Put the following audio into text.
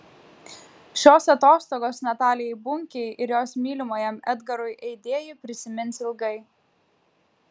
šios atostogos natalijai bunkei ir jos mylimajam edgarui eidėjui prisimins ilgai